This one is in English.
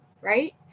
right